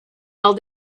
all